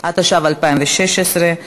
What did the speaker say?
התשע"ו 2016,